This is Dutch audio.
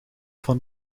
van